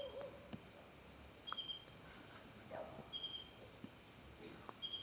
कॉलेजच्या अभ्यासासाठी तेंका तेंची गाडी विकूची लागली हुती